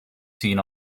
seen